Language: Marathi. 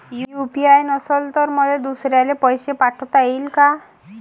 यू.पी.आय नसल तर मले दुसऱ्याले पैसे पाठोता येईन का?